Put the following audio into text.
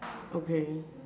okay